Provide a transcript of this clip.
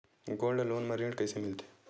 Gold loan म ऋण कइसे मिलथे?